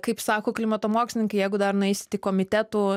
kaip sako klimato mokslininkai jeigu dar nueisit į komitetų